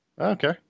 Okay